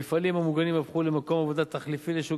המפעלים המוגנים הפכו למקום עבודה תחליפי לשוק